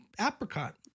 apricot